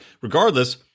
regardless